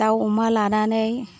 दाउ अमा लानानै